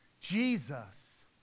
Jesus